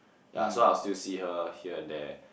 ya so I'll still see her here and there